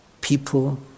people